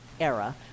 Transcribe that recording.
era